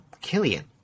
Killian